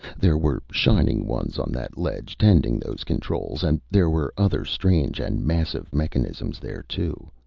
there were shining ones on that ledge tending those controls, and there were other strange and massive mechanisms there too.